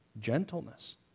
Gentleness